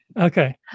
Okay